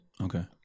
Okay